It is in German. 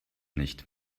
nicht